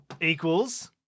Equals